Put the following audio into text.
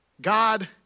God